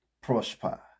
prosper